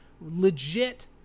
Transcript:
legit